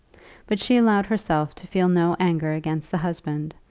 but she allowed herself to feel no anger against the husband,